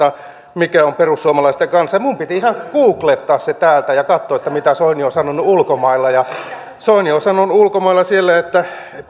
mikä on perussuomalaisten kanta minun piti ihan googlettaa se täältä ja katsoa mitä soini on sanonut ulkomailla soini on sanonut ulkomailla siellä että